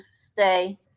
stay